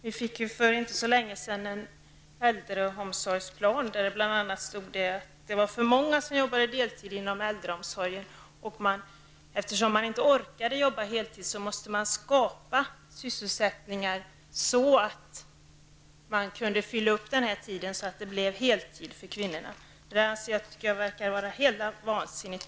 Vi fick ju för inte så länge sedan en äldreomsorgsplan där det bl.a. stod att det var för många som arbetade deltid inom äldreomsorgen. Eftersom många inte orkade arbeta heltid måste man skapa sysselsättningar för att fylla upp tiden, så att det blev heltid för kvinnorna. Det tycker jag verkar vara helt vansinnigt.